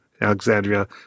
Alexandria